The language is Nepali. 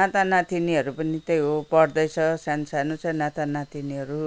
नातानातिनीहरू पनि त्यही हो पढ्दैछ सानो सानो नातानातिनीहरू